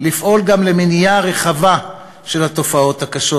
לפעול גם למניעה רחבה של התופעות הקשות